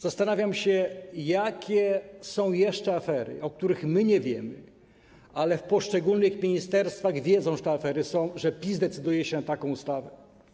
Zastanawiam się, jakie są jeszcze afery, o których my nie wiemy, ale w poszczególnych ministerstwach wiedzą, że te afery są, że PiS decyduje się na taką ustawę.